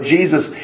Jesus